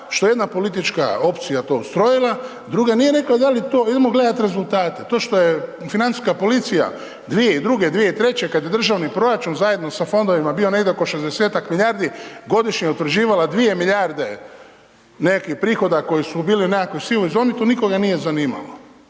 što jedna politička opcija to ustrojila, druga nije rekla, idemo gledati rezultate, to što je financijska policije 2002., 2003. kada je državni proračun, zajedno sa fondovima bio negdje oko 60 milijardi, godišnje utvrđivala 2 milijarde nekih prihoda, koje su bili u nekakvoj sivoj zoni, to nikoga nije zanimalo.